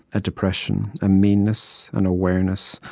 a depression, a meanness, an awareness,